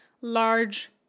large